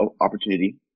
opportunity